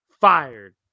fired